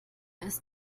ist